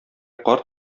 карт